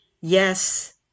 yes